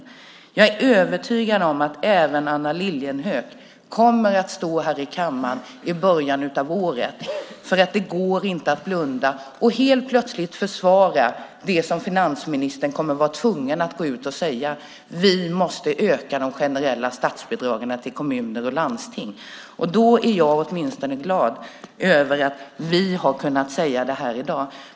Det går inte att blunda, så jag är övertygad om att även Anna Lilliehöök kommer att stå här i kammaren i början av året och helt plötsligt försvara det som finansministern kommer att vara tvungen att gå ut och säga, nämligen att vi måste öka de generella statsbidragen till kommuner och landsting. Då kommer jag åtminstone att vara glad över att vi har kunnat säga det här i dag.